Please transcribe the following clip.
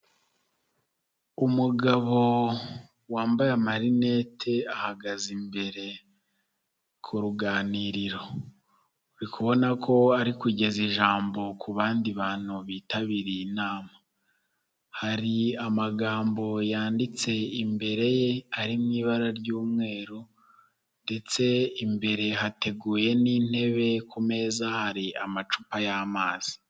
Umugabo wambaye marinete ahagaze imbere ku ruganiriro uri kubona ko ari kugeza ijambo ku bandi bantu bitabiriye inama, hari amagambo yanditse imbere ye ari mu ibara ry'umweru, ndetse imbere hateguye n'intebe ku meza hari amacupa y'amazi.